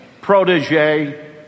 protege